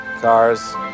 cars